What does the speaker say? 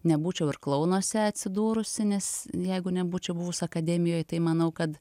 nebūčiau ir klounuose atsidūrusi nes jeigu nebūčiau buvus akademijoj tai manau kad